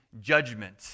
judgment